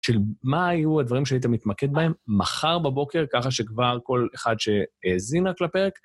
של מה היו הדברים שהיית מתמקד בהם, מחר בבוקר, ככה שכבר כל אחד שהזינה רק לפרק.